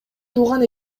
тууган